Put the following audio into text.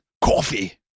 coffee